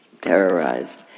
terrorized